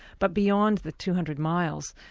but beyond the two hundred miles,